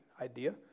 idea